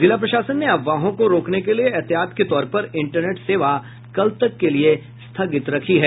जिला प्रशासन ने अफवाहों को रोकने के लिए एहतियात के तौर पर इंटरनेट सेवा कल तक के लिए स्थगित कर दी है